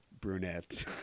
brunette